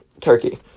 Turkey